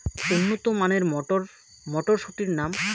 উন্নত মানের মটর মটরশুটির নাম?